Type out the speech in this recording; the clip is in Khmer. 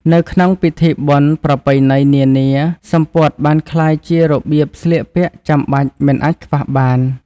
នៅក្នុងពិធីបុណ្យប្រពៃណីនានា សំពត់បានក្លាយជារបៀបស្លៀកពាក់ចាំបាច់មិនអាចខ្វះបាន។